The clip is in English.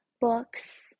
books